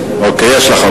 אוקיי, יש לך.